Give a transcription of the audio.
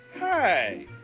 Hi